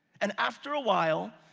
and after a while,